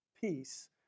peace